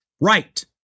right